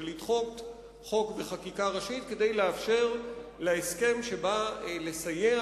של לדחות חוק בחקיקה ראשית כדי לאפשר הסכם שנועד